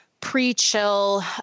pre-chill